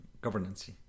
governance